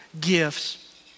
gifts